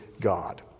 God